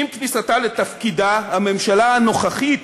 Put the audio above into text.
עם כניסתה לתפקידה נאלצה הממשלה הנוכחית